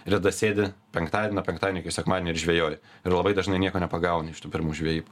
ir tada sėdi penktadienio nuo penktadienio iki sekmadienio ir žvejoji ir labai dažnai nieko nepagauni iš tų pirmų žvejybų